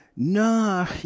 No